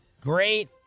great